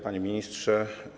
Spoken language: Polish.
Panie Ministrze!